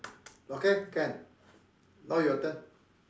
okay can now your turn